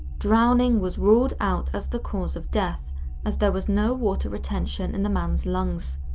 drowning was ruled out as the cause of death as there was no water retention in the man's lungs.